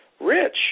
rich